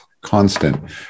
constant